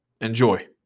Enjoy